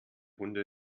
hunde